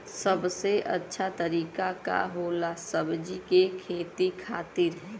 सबसे अच्छा तरीका का होला सब्जी के खेती खातिर?